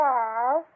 Yes